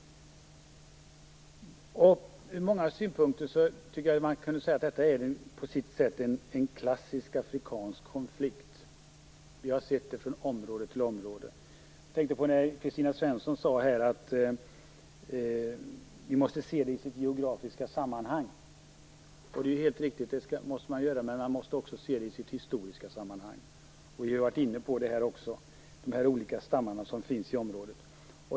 Från många synpunkter kan man säga att detta på sitt sätt är en klassisk afrikansk konflikt. Vi har sett den från område till område. Kristina Svensson sade att vi måste se detta i sitt geografiska sammanhang. Det är helt riktigt, men man måste också se det i sitt historiska sammanhang. Vi har här också varit inne på de olika stammar som finns i området.